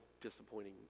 disappointing